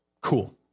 cool